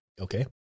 Okay